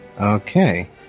Okay